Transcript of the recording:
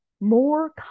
more